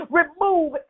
remove